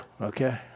Okay